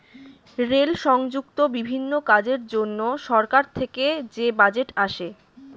rail সংযুক্ত বিভিন্ন কাজের জন্য সরকার থেকে যে বাজেট আসে